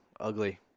ugly